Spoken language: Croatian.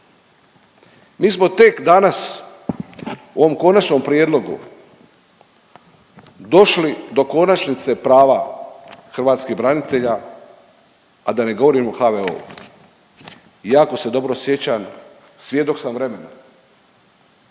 Mi smo tek danas u ovom konačnom prijedlogu došli do konačnice prava hrvatskih branitelja a da ne govorim o HVO-u. Jako se dobro sjećam, svjedok sam vremena